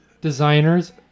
designers